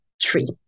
tree